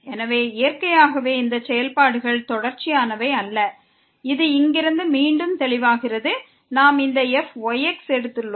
எனவே இயற்கையாகவே இந்த செயல்பாடுகள் தொடர்ச்சியானவை அல்ல இது இங்கிருந்து மீண்டும் தெளிவாகிறது நாம் இந்த fyxஐ எடுத்துள்ளோம்